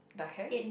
the hair